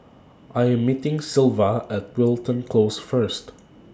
I Am meeting Sylva At Wilton Close First